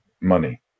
money